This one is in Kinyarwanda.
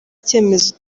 icyemezo